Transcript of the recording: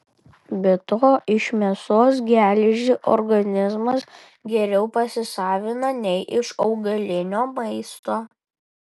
be to iš mėsos geležį organizmas geriau pasisavina nei iš augalinio maisto